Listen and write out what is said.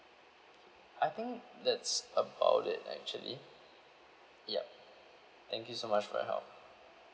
I think that's about it actually yup thank you so much for your help